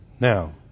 Now